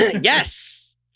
Yes